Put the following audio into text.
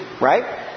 Right